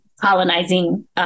colonizing